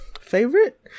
favorite